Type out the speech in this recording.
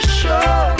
show